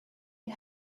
you